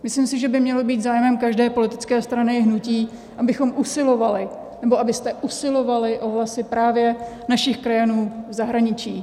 Myslím si, že by mělo být zájmem každé politické strany i hnutí, abychom usilovali, nebo abyste usilovali o hlasy právě našich krajanů v zahraničí.